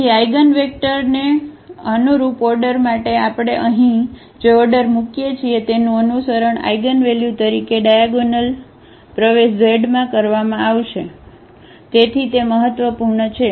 તેથી આઇગનવેક્ટરને અનુરૂપ ઓર્ડર માટે આપણે અહીં જે ઓર્ડર મુકીએ છીએ તેનું અનુસરણ આઇગનવેલ્યુ તરીકે ડાયાગોનલપ્રવેશઝમાં કરવામાં આવશે તેથી તે મહત્વપૂર્ણ છે